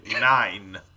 nine